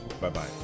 Bye-bye